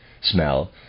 smell